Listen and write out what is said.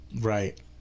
Right